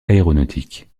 aéronautiques